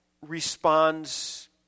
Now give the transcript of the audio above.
responds